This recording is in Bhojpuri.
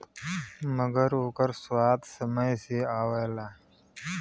मगर ओकर स्वाद समय से ही आवला